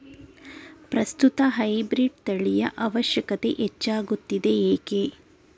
ಪ್ರಸ್ತುತ ಹೈಬ್ರೀಡ್ ತಳಿಯ ಅವಶ್ಯಕತೆ ಹೆಚ್ಚಾಗುತ್ತಿದೆ ಏಕೆ?